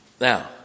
Now